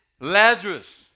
Lazarus